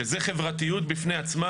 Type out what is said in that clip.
שזה חברתיות בפני עצמה.